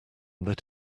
that